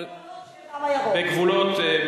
רק בגבולות של "הקו הירוק".